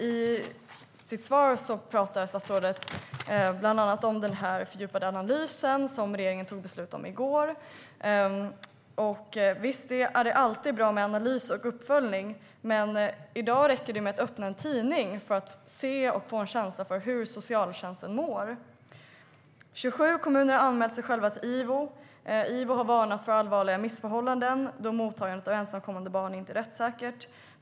I sitt svar talar statsrådet bland annat om den fördjupade analys som regeringen tog beslut om i går. Visst är det alltid bra med analys och uppföljning. Men i dag räcker det att öppna en tidning för att man ska se och få en känsla av hur socialtjänsten mår. 27 kommuner har anmält sig själva till Ivo. Ivo har varnat för allvarliga missförhållanden då mottagandet av ensamkommande barn inte är rättssäkert.